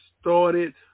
started